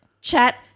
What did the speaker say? Chat